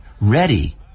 ready